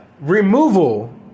removal